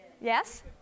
Yes